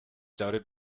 doubted